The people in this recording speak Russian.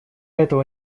этого